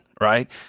Right